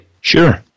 Sure